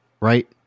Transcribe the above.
right